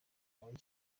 muri